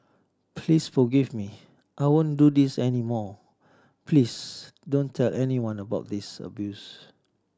please forgive me I won't do this any more please don't tell anyone about this abuse